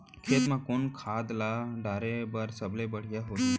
खेत म कोन खाद ला डाले बर सबले बढ़िया होही?